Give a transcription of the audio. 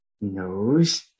nose